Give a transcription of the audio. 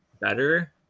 better